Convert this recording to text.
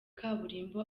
kaburimbo